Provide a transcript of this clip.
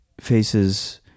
faces